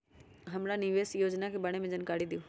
हमरा निवेस योजना के बारे में जानकारी दीउ?